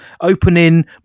opening